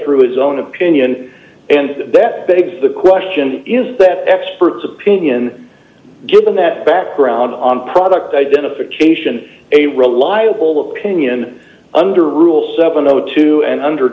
through his own opinion and that begs the question is that expert's opinion given that background on product identification a reliable d opinion under rule seven o two and under